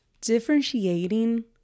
differentiating